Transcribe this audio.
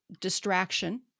distraction